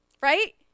right